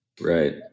right